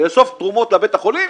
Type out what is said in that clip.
לאסוף תרומות לבית החולים